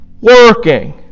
Working